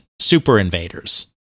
super-invaders